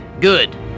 Good